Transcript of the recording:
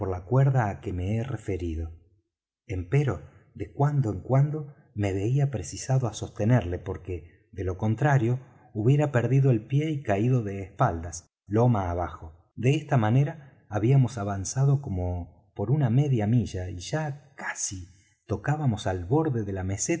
la cuerda á que me he referido empero de cuando en cuando me veía precisado á sostenerle porque de lo contrario hubiera perdido el pie y caído de espaldas loma abajo de esta manera habíamos avanzado como por una media milla y ya casi tocábamos al borde de la meseta